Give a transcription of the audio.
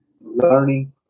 learning